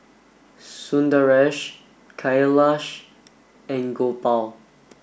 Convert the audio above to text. Sundaresh Kailash and Gopal